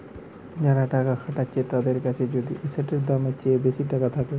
যারা টাকা খাটাচ্ছে তাদের কাছে যদি এসেটের দামের চেয়ে বেশি টাকা থাকে